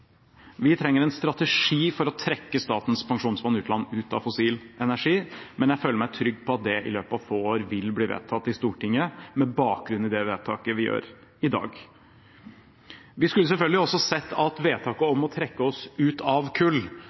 Vi trenger en strategi for å trekke Statens pensjonsfond utland ut av fossil energi, men jeg føler meg trygg på at dette i løpet av få år vil bli vedtatt i Stortinget, med bakgrunn i det vedtaket vi gjør i dag. Vi skulle selvfølgelig også sett at vedtaket om å trekke oss ut av kull